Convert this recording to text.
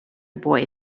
boy